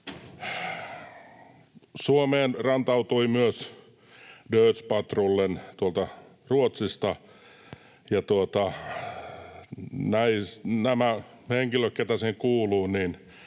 Suomeen rantautui myös Dödspatrullen tuolta Ruotsista, ja nämä henkilöt, ketkä siihen kuuluvat,